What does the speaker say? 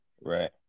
Right